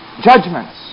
Judgments